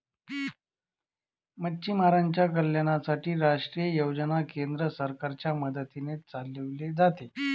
मच्छीमारांच्या कल्याणासाठी राष्ट्रीय योजना केंद्र सरकारच्या मदतीने चालवले जाते